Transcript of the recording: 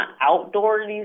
outdoor